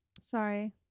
sorry